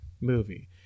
movie